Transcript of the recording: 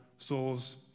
souls